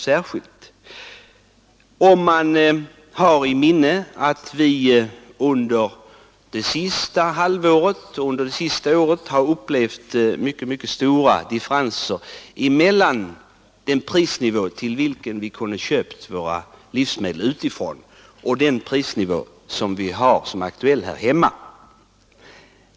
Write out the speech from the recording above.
Vi bör ha i minne att vi under det senaste året upplevt mycket stora differenser mellan de priser till vilka vi kunnat köpa våra livsmedel utifrån och de priser som varit aktuella här hemma.